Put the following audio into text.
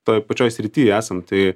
toj pačioj srity esam tai